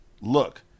look